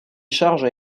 charges